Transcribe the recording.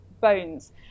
bones